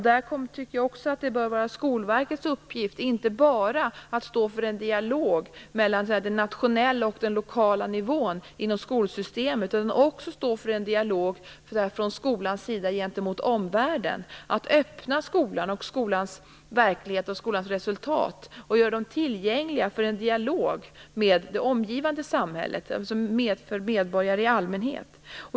Det bör vara Skolverkets uppgift att inte bara stå för en dialog mellan den nationella och den lokala nivån inom skolsystemet utan också en dialog från skolans sida gentemot omvärlden. Det gäller att öppna skolan, skolans verklighet och skolans resultat och göra dem tillgängliga för en dialog med det omgivande samhället, som innebär medborgare i allmänhet.